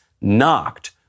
knocked